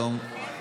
בהסכמה?